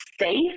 safe